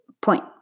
point